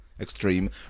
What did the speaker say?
Extreme